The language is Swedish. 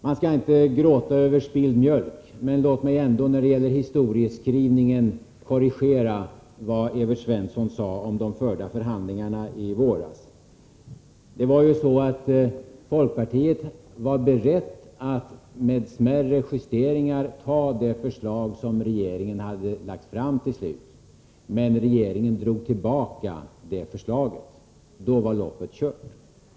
Man skall inte gråta över spilld mjölk, men låt mig ändå när det gäller historieskrivningen korrigera vad Evert Svensson sade om de förhandlingar som fördes i våras. Folkpartiet var berett att med smärre justeringar anta det förslag som regeringen till slut hade lagt fram. Men regeringen drog tillbaka det förslaget. Då var loppet kört.